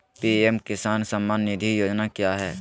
PM Kisan Samman Nidhi Yojana क्या है?